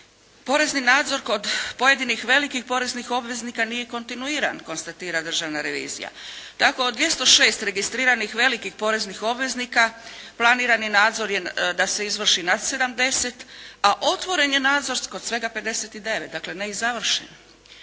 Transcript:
Porezni nadzor kod pojedinih velikih poreznih obveznika nije kontinuiran, konstatira državna revizija. Tako od 206 registriranih velikih poreznih obveznika planirani nadzor je da se izvrši nad 70, a otvoren je nadzor kod svega 59. Dakle, ne i završen.